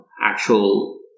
actual